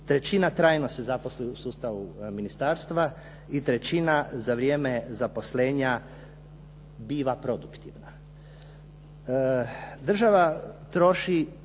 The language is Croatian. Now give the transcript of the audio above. trećina trajno se zaposli u sustavu ministarstva i trećina za vrijeme zaposlenja biva produktivna.